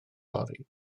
fory